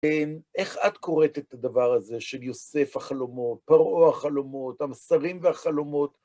איך את קוראת את הדבר הזה של יוסף החלומות, פרעו החלומות, המסרים והחלומות?